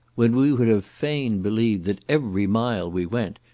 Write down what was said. when we would have fain believed that every mile we went,